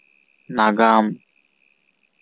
ᱱᱟᱜᱟᱢ